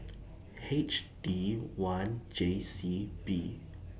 H D one J C B